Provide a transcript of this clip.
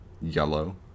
yellow